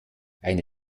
eine